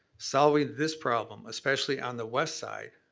solving this problem, especially on the west side,